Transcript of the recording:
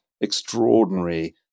extraordinary